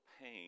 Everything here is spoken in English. pain